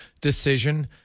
decision